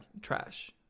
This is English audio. Trash